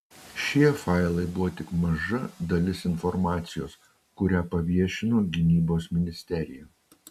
šie failai buvo tik maža dalis informacijos kurią paviešino gynybos ministerija